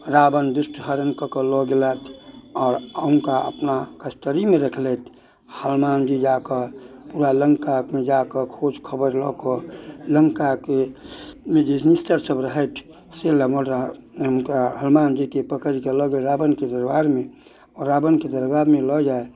रावण दुष्ट हरण कऽ कऽ लऽ गेलैथ आओर हुनका अपना कस्टडीमे रखलथि हनुमान जी जाकऽ पूरा लङ्कामे जाकऽ खोज खबरि लऽ कऽ लङ्काके मे जे निश्चर सभ रहथि से हुनका हनुमानजीके पकड़िके लऽ रावणके दरबारमे आओर रावणके दरबारमे लऽ जाइ